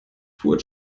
fuhr